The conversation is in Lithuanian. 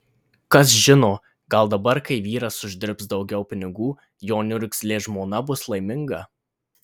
kas žino gal dabar kai vyras uždirbs daugiau pinigų jo niurzglė žmona bus laiminga